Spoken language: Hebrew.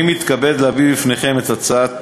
אני מתכבד להביא בפניכם את הצעת